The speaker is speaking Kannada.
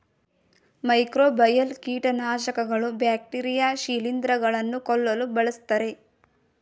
ಮೈಕ್ರೋಬಯಲ್ ಕೀಟನಾಶಕಗಳು ಬ್ಯಾಕ್ಟೀರಿಯಾ ಶಿಲಿಂದ್ರ ಗಳನ್ನು ಕೊಲ್ಲಲು ಬಳ್ಸತ್ತರೆ